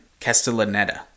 Castellaneta